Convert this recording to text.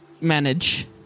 manage